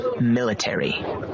military